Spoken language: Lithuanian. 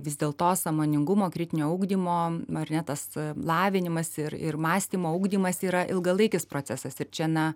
vis dėl to sąmoningumo kritinio ugdymo magnetas lavinimas ir ir mąstymo ugdymas yra ilgalaikis procesas ir čia na